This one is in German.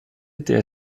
der